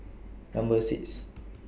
Number six